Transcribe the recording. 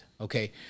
Okay